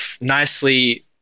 nicely